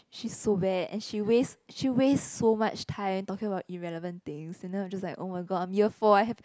she's so bad and she wastes she wastes so much time talking about irrelevant things and then I'm just like oh-my-god I'm year four I have